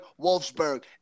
Wolfsburg